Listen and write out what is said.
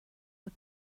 web